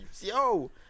Yo